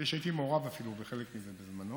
נדמה לי שהייתי מעורב בחלק מזה בזמנו.